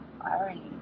irony